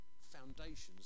foundations